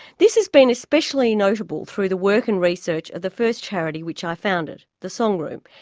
this has been especially notable through the work and research of the first charity which i founded, the song room,